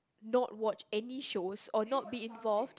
not watch any shows or not be involved